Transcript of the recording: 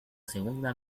segunda